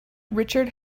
richard